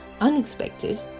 Unexpected